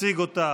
יציג אותה